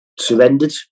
surrendered